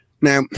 Now